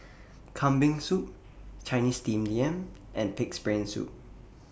Kambing Soup Chinese Steamed Yam and Pig'S Brain Soup